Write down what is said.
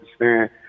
understand